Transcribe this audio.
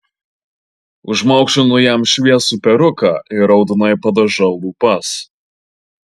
užmaukšlinu jam šviesų peruką ir raudonai padažau lūpas